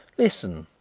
listen